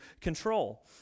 control